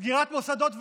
סגירת מוסדות ואירועים,